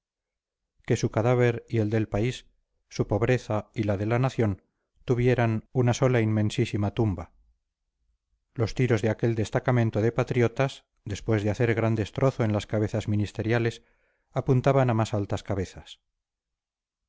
que su cadáver y el del país su pobreza y la de la nación tuvieran una sola inmensísima tumba los tiros de aquel destacamento de patriotas después de hacer gran destrozo en las cabezas ministeriales apuntaban a más altas cabezas